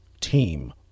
team